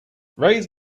raise